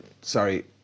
sorry